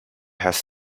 has